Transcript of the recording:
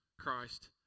Christ